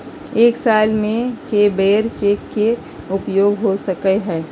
एक साल में कै बेर चेक के उपयोग हो सकल हय